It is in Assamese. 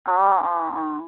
অঁ অঁ অঁ